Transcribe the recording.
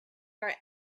our